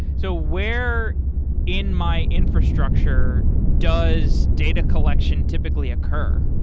so where in my infrastructure does data collection typically occur?